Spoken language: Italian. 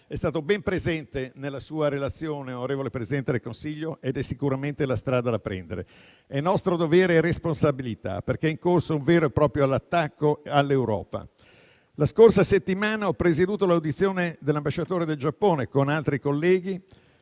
è stato ben presente nella sua relazione, onorevole Presidente del Consiglio, ed è sicuramente la strada da prendere. È nostro dovere e responsabilità, perché è in corso un vero e proprio attacco all'Europa. La scorsa settimana ho presieduto, alla presenza di altri colleghi,